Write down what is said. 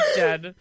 dead